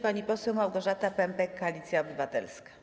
Pani poseł Małgorzata Pępek, Koalicja Obywatelska.